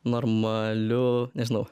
normaliu nežinau